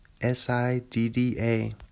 S-I-D-D-A